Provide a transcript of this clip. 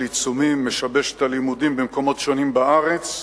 עיצומים ומשבש את הלימודים במקומות שונים בארץ,